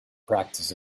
practice